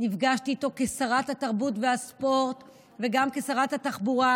נפגשתי איתו כשרת התרבות והספורט וגם כשרת התחבורה,